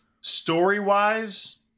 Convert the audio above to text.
story-wise